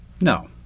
No